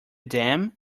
dam